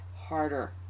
harder